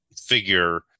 figure